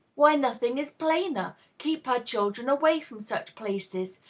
why, nothing is plainer. keep her children away from such places.